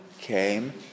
came